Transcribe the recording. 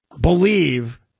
believe